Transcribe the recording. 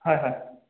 হয় হয়